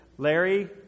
Larry